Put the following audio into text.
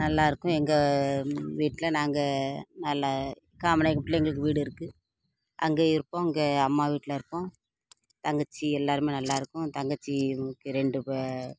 நல்லாயிருக்கும் எங்கள் வீட்டில் நாங்கள் நல்லா காமநாயக்கன் பட்டியில் எங்களுக்கு வீடு இருக்குது அங்கே இருப்போம் அங்கே அம்மா வீட்டில் இருப்போம் தங்கச்சி எல்லோருமே நல்லாயிருக்கோம் தங்கச்சிக்கு ரெண்டு